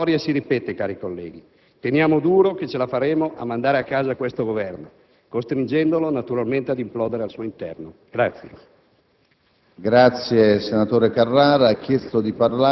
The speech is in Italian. e non cadrà certamente a breve. Ma la storia si ripete, cari colleghi. Teniamo duro che ce la faremo a mandare a casa questo Governo, costringendolo naturalmente ad implodere al suo interno.